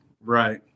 Right